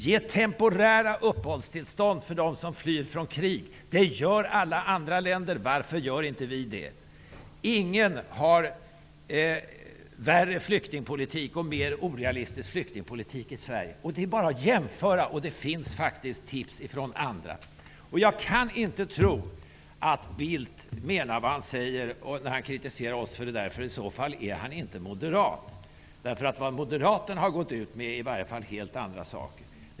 Ge temporära uppehållstillstånd åt dem som flyr från krig. Det gör alla andra länder. Varför gör inte vi det? Inget land har en värre och mer orealistisk flyktingpolitik än Sverige. Det är bara att jämföra oss med andra länder, och det finns faktiskt tips att hämta där. Jag kan inte tro att Bildt menar vad han säger när han kritiserar oss för detta, för i så fall är han inte moderat. Vad Moderaterna har gått ut med är i varje fall helt andra saker.